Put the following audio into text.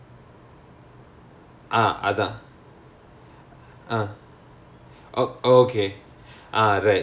ah I think so oh I think only you guys have that because ours is default because we're in science right